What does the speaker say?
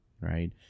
right